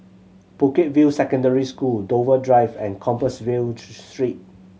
Bukit View Secondary School Dover Drive and Compassvale Street